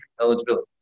eligibility